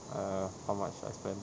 err how much I spend